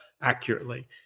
accurately